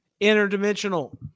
interdimensional